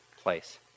place